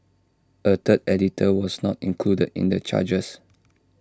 A third editor was not included in the charges